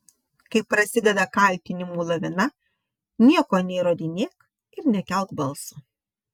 kai prasideda kaltinimų lavina nieko neįrodinėk ir nekelk balso